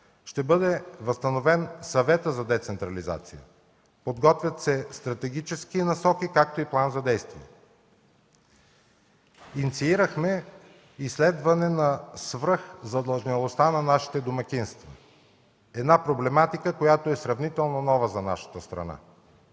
ще бъде възстановен Съветът за децентрализация. Подготвят се стратегически насоки, както и план за действие. Инициирахме изследване на свръхзадлъжнялостта на нашите домакинства – сравнително нова проблематика за нашата страна.